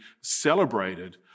celebrated